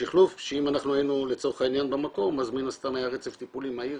שאם היינו לצורך העניין במקום אז מן הסתם היה רצף טיפולי מהיר